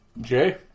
Jay